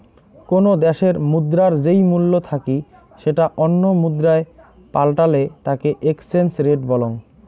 কোনো দ্যাশের মুদ্রার যেই মূল্য থাকি সেটা অন্য মুদ্রায় পাল্টালে তাকে এক্সচেঞ্জ রেট বলং